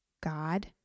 God